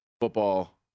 Football